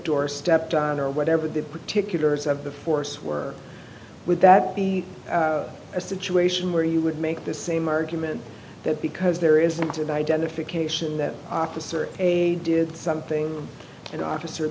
character or stepped on or whatever the particulars of the force were would that be a situation where you would make the same argument that because there isn't an identification that officer a did something an officer